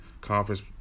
conference